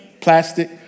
plastic